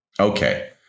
Okay